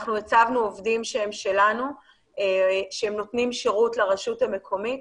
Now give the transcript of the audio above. אנחנו הצבנו עובדים שהם שלנו שהם נותנים שירות לרשות המקומית.